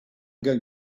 going